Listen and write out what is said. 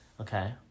Okay